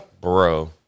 Bro